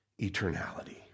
eternality